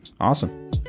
awesome